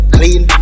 Clean